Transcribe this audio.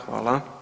Hvala.